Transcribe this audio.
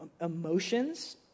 emotions